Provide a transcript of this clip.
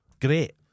Great